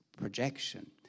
projection